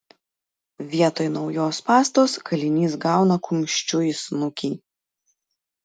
vietoj naujos pastos kalinys gauna kumščiu į snukį